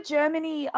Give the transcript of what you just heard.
Germany